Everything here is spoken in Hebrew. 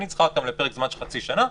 אני צריכה אותן לפרק זמן של חצי שנה,